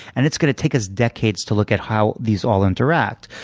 and it's going to take us decades to look at how these all interact.